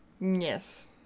Yes